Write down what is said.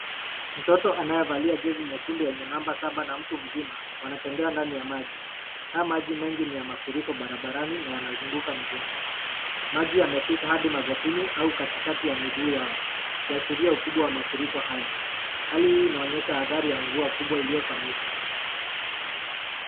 Mtoto anayevalia jezi nyekundu yenye namba saba na mtu mzima wanatembea ndani ya maji. Haya maji mengi ni ya mafuriko barabarani na yanazunguka mjengo. Maji yamefika hadi magotini au katikati ya miguu yao kuashiria ukubwa wa mafuriko haya. Hali hii inaonyesha athari ya mvua kubwa iliyofanyika.